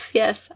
yes